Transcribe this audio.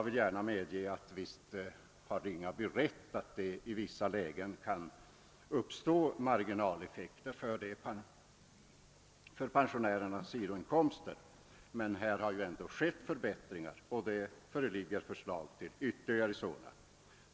Visst har herr Ringaby rätt i att det i vissa lägen kan uppstå marginaleffekter för pensionärernas sidoinkomster, men förbättringar har genomförts och förslag om ytterligare sådana föreligger.